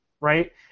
right